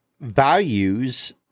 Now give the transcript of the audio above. Values